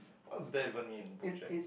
what's that even mean Bojack